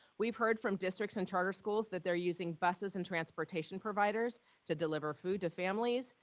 we've heard from districts and charter schools that they're using buses and transportation providers to deliver food to families,